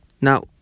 Now